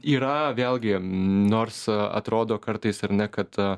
yra vėlgi nors atrodo kartais ar ne kad